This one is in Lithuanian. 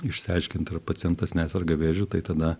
išsiaiškint ar pacientas neserga vėžiu tai tada